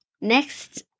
next